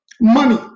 money